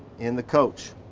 in the coach.